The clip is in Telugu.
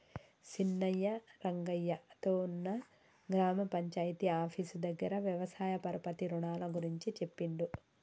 సీనయ్య రంగయ్య తో ఉన్న గ్రామ పంచాయితీ ఆఫీసు దగ్గర వ్యవసాయ పరపతి రుణాల గురించి చెప్పిండు